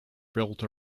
built